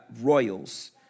royals